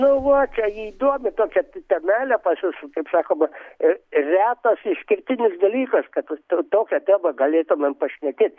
nu va čia įdomi tokia temelė pas jus kaip sakoma ir retas išskirtinis dalykas kad tokią temą galėtumėm pašnekėt